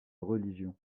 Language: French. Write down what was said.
religion